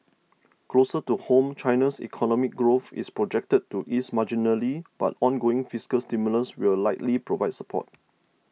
closer to home China's economic growth is projected to ease marginally but ongoing fiscal stimulus will likely provide support